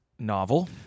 Novel